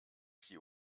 sie